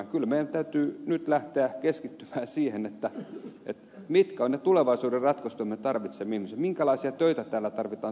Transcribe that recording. kyllä meidän täytyy nyt lähteä keskittymään siihen mitkä ovat ne tulevaisuuden ratkaisut joihin me tarvitsemme ihmisiä minkälaisia töitä täällä tarvitsee tulevaisuudessa tehdä